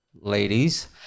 ladies